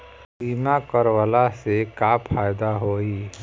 बीमा करवला से का फायदा होयी?